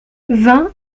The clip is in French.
vingt